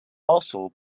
also